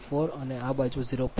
2 1XAso 0